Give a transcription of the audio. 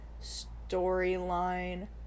storyline